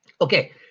Okay